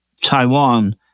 Taiwan